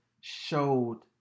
showed